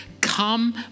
Come